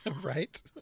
right